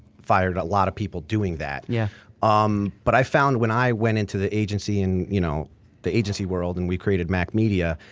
fired a lot of people doing that. yeah um but i found that when i went into the agency and you know the agency world and we created mack media,